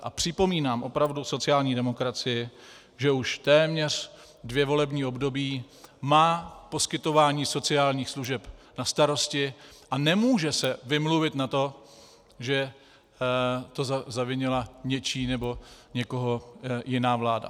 A připomínám opravdu sociální demokracii, že už téměř dvě volební období má poskytování sociálních služeb na starosti a nemůže se vymluvit na to, že to zavinila něčí nebo někoho jiná vláda.